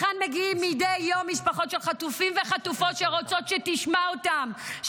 לכאן מגיעות מדי יום משפחות של חטופים וחטופות שרוצות שתשמע אותן,